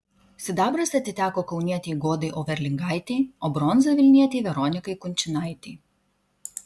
sidabras atiteko kaunietei godai overlingaitei o bronza vilnietei veronikai kunčinaitei